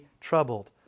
troubled